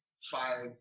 five